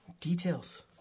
Details